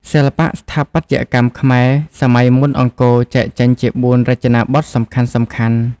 សិល្បៈស្ថាបត្យកម្មខ្មែរសម័យមុនអង្គរចែកចេញជា ៤ រចនាបថសំខាន់ៗ។